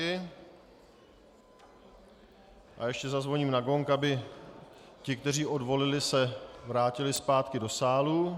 Ještě zazvoním na gong, aby ti, kteří odvolili, se vrátili zpátky do sálu.